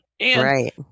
Right